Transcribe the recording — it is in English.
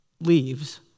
leaves